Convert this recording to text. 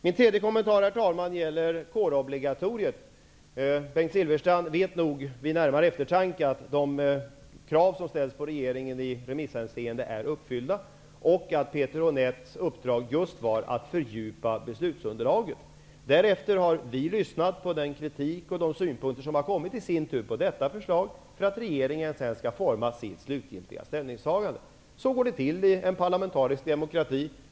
Min tredje kommentar, herr talman, gäller kårobligatoriet. Bengt Silfverstrand vet nog vid närmare eftertanke att de krav som ställts på regeringen i remisshänseende är uppfyllda och att Peter Honeths uppdrag var att fördjupa beslutsunderlaget. Därefter har vi lyssnat på den kritik och de synpunkter som har kommit, för att regeringen skall kunna utforma sitt slutgiltiga ställningstagande. Så går det till i en parlamentarisk demokrati.